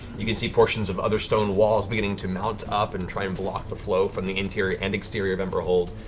you can see portions of other stone walls beginning to mount up and try and block the flow from the interior and exterior of emberhold.